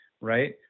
right